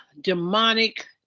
demonic